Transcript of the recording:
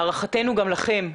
הערכתנו גם לכם.